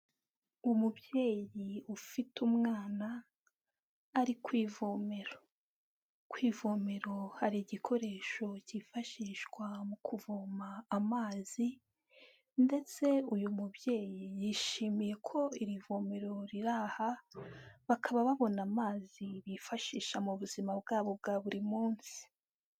Umubyeyi ufite umwana ari ku ivomero, ku ivomero hari igikoresho kifashishwa mu kuvoma amazi ndetse uyu mubyeyi yishimiye ko iri vomero riri aha, bakaba babona amazi bifashisha mu buzima bwabo bwa buri munsi.